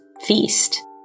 feast